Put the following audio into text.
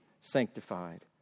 sanctified